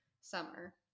summer